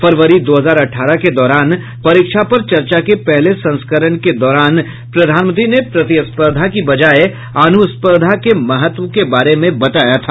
फरवरी दो हजार अठारह के दौरान परीक्षा पर चर्चा के पहले संस्करण के दौरान प्रधानमंत्री ने प्रतिस्पर्धा की बजाय अनुस्पर्धा के महत्व के बारे में बताया था